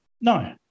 No